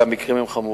והמקרים הם חמורים.